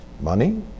money